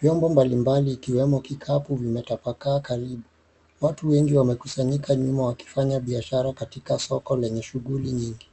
Vyombo mbalimbali vikiwemo vikapu vimetapakaa karibu. Watu wengi wamekusanyika nyuma wakifanya biashara katika soko lenye shughuli nyingi.